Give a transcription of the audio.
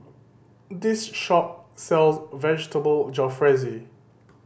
this shop sells Vegetable Jalfrezi